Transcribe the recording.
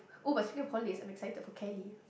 oh but speaking of holidays I'm excited for Cali